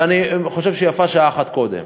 ואני חושב שיפה שעה אחת קודם.